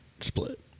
split